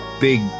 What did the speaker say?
big